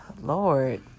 Lord